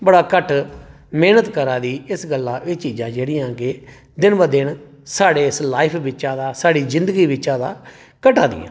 बड़ा घट्ट मैह्नत करै दी इस गल्ला एह् चीजां जेह्ड़ियां साढ़ी इस लाईफ बिच्चा दा साढ़ी जिंदगी बिच्चा दा घटै दियां